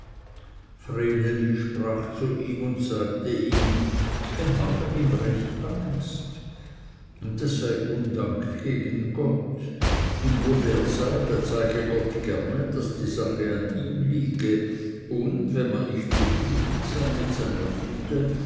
sprach ihm zu und sagte ihm er mache ihm recht angst das sei undank gegen gott und wo der sei da zeige gott gerne daß die sache an ihm liege und wenn man nicht zufrieden sei mit seiner güte